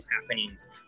happenings